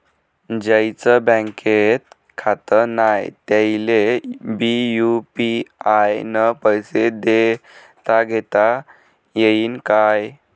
ज्याईचं बँकेत खातं नाय त्याईले बी यू.पी.आय न पैसे देताघेता येईन काय?